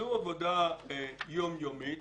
זו עבודה יום יומית,